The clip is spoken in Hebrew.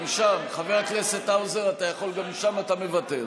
אתה מוותר.